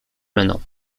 maintenant